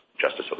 Justice